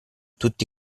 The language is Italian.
tutti